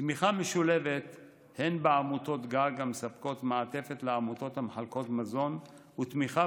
תמיכה משולבת בעמותות גג המספקות מעטפת לעמותות המחלקות מזון ותמיכה